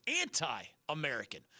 anti-American